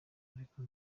ariko